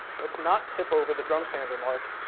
let's not tip over the drum sander, marc.